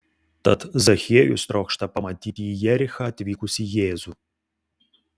tad zachiejus trokšta pamatyti į jerichą atvykusį jėzų